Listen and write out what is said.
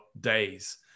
days